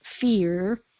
fear